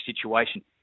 situation